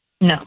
no